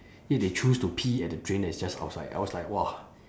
yet they choose to pee at the drain that is just outside I was like !wah!